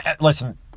Listen